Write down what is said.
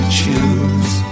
choose